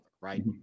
right